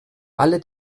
alle